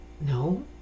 No